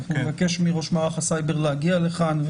אנחנו נבקש מראש מערך הסייבר להגיע לכאן,